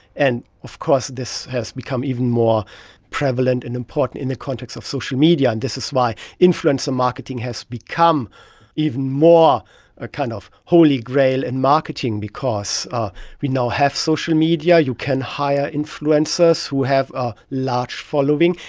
and of course this has become even more prevalent and important in the context of social media, and this is why influencer marketing has become even more a kind of holy grail in and marketing because we now have social media, you can hire influencers who have a large following,